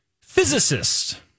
Physicist